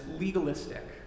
legalistic